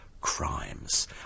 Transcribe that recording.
crimes